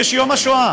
יש יום השואה,